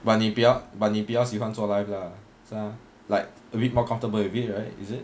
but 你比较你比较喜欢做 life lah 是吗 like a bit more comfortable with it right is it